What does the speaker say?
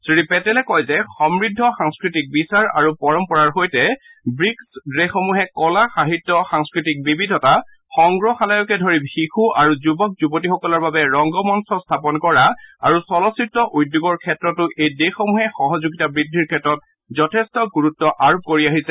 শ্ৰীপেটেলে কয় যে সমৃদ্ধ সাংস্কৃতিক বিচাৰ আৰু পৰম্পৰাৰ সৈতে ৱীকছ্ দেশসমূহে কলা সাহিত্য সাংস্কৃতিক বিবিধতা সংগ্ৰহালয়কে ধৰি শিশু আৰু যুৱক যুৱতীসকলৰ বাবে ৰংগমঞ্চ স্থাপন কৰা আৰু চলচিত্ৰ উদ্যোগৰ ক্ষেত্ৰতো এই দেশসমূহে সহযোগিতা বুদ্ধিৰ ক্ষেত্ৰত যথেষ্ট গুৰুত্ আৰোপ কৰি আহিছে